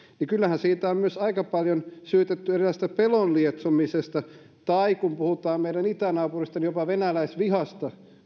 niin kyllähän siinä on myös aika paljon syytetty eräänlaisesta pelon lietsomisesta tai kun puhutaan meidän itänaapuristamme niin jopa venäläisvihasta